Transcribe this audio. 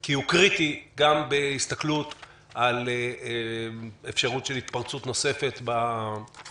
כי הוא קריטי גם בהסתכלות על אפשרות של התפרצות נוספת בסתיו.